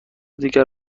دیگر